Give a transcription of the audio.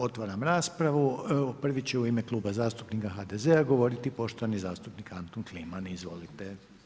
Otvaram raspravu, prvi će u ime Kluba zastupnika HDZ-a govoriti poštovani zastupnik Anton Kliman, izvolite.